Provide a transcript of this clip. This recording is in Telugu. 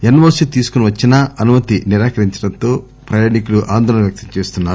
ఎన్ఓసీ తీసుకుని వచ్చినా అనుమతి నిరాకరించడంతో ప్రయాణికులు ఆందోళన వ్యక్తం చేస్తున్నా రు